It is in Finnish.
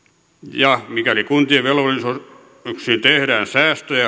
mikäli kuntien valtionosuuksiin tehdään säästöjä